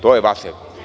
To je vaše.